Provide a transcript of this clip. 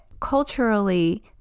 culturally